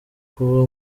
kuba